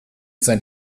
sein